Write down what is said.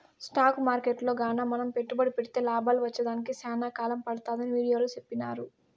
stock మార్కెట్టులో గాన మనం పెట్టుబడి పెడితే లాభాలు వచ్చేదానికి సేనా కాలం పడతాదని వీడియోలో సెప్పినారు